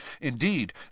Indeed